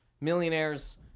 millionaires